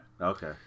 okay